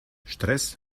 stress